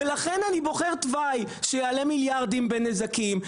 ולכן אני בוחר תוואי שיעלה מיליארדים בנזקים,